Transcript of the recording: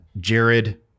Jared